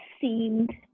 seemed